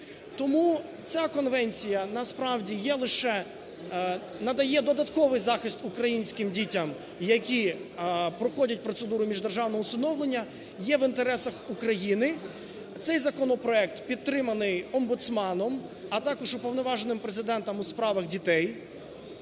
є лише… надає додатковий захист українським дітям, які проходять процедуру міждержавного усиновлення, є в інтересах України. Цей законопроект підтриманий омбудсманом, а також Уповноваженим Президента у справах дітей.